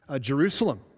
Jerusalem